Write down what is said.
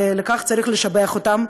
ועל כך צריך לשבח אותם,